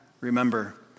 remember